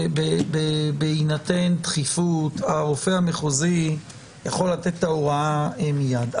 שבהינתן דחיפות הרופא המחוזי יכול לתת את ההוראה מיד,